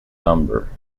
lumber